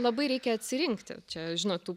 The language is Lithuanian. labai reikia atsirinkti čia žinot tų